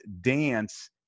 dance